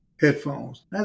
headphones